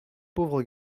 pauvre